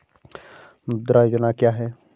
मुद्रा योजना क्या है?